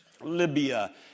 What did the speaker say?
Libya